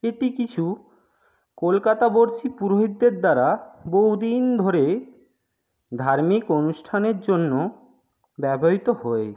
এটি কিছু কলকাতাবাসী পুরোহিতদের দ্বারা বহুদিন ধরে ধার্মিক অনুষ্ঠানের জন্য ব্যবহৃত হয়